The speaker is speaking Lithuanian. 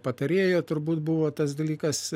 patarėjo turbūt buvo tas dalykas